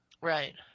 Right